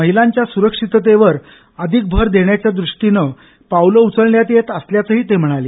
महिलांच्या सुरक्षिततेवर अधिक भर देण्याच्या दृष्टीने पावल उचलण्यात येत असल्याचही ते म्हणाले